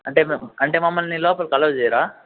అంటే మేఉ అంటే మమ్మల్ని లోపలికి అలోవ్ చేయరా